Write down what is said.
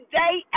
day